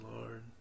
lord